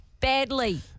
badly